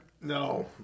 No